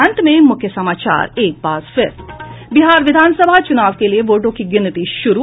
और अब अंत में मुख्य समाचार बिहार विधानसभा चुनाव के लिए वोटों की गिनती शुरू